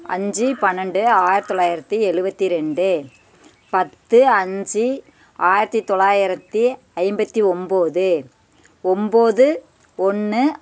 அஞ்சு பன்னெண்டு ஆயிரத்து தொள்ளாயிரத்து எழுவத்தி ரெண்டு பத்து அஞ்சு ஆயிரத்து தொள்ளாயிரத்து ஐம்பத்து ஒம்பது ஒம்பது ஒன்று